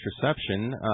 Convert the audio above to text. contraception